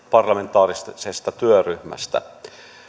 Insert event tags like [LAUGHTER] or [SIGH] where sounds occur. [UNINTELLIGIBLE] parlamentaarisesta työryhmästä